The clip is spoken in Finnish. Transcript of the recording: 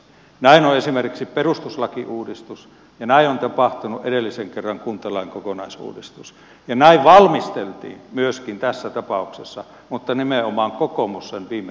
näin on tehty esimerkiksi perustuslakiuudistus ja näin on tapahtunut edellisen kerran kuntalain kokonaisuudistus ja näin valmisteltiin myöskin tässä tapauksessa mutta nimenomaan kokoomus sen viime talvena kaatoi